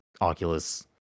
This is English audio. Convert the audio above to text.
Oculus